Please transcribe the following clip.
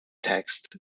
text